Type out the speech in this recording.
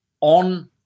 on